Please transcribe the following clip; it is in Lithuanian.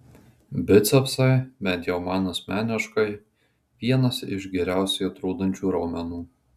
bicepsai bent jau man asmeniškai vienas iš geriausiai atrodančių raumenų